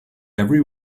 every